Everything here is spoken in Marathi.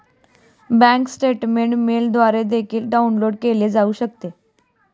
बँक स्टेटमेंट मेलद्वारे देखील डाउनलोड केले जाऊ शकते